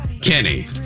Kenny